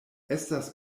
estas